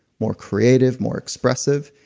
more creative, more expressive,